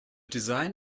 design